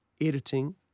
editing